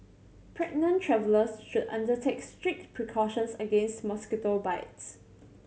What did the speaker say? pregnant travellers should undertake strict precautions against mosquito bites